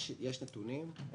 יש נתונים.